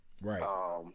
right